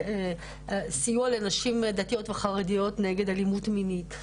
סיוע לנשים דתיות וחרדיות, נגד אלימות מינית.